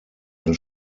ein